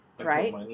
right